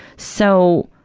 so,